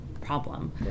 problem